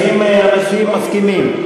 האם אנשים מסכימים?